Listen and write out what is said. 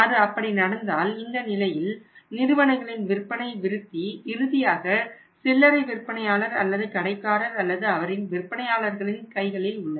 அது அப்படி நடந்தால் இந்த நிலையில் நிறுவனங்களின் விற்பனை விருத்தி இறுதியாக சில்லறை விற்பனையாளர் அல்லது கடைக்காரர் அல்லது அவரின் விற்பனையாளர்களின் கைகளில் உள்ளது